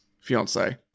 fiance